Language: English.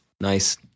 Nice